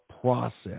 process